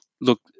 look